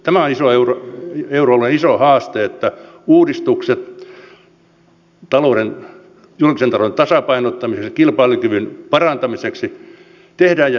tämä on euroalueen iso haaste että uudistukset julkisen talouden tasapainottamiseksi ja kilpailukyvyn parantamiseksi tehdään jäsenmaissa pitkäjänteisesti